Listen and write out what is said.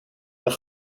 een